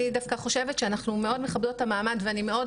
אני חושבת שאנחנו דווקא מאוד מכבדות את המעמד ואני מאוד